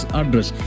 address